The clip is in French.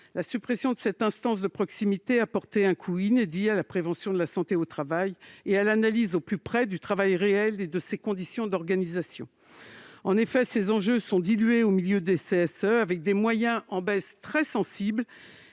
La suppression de cette instance de proximité a porté un coup inédit à la prévention en santé au travail et à l'analyse au plus près du travail réel et de ses conditions d'organisation. En effet, ces enjeux sont dilués au sein des CSE, avec des moyens en baisse très sensible,